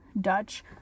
dutch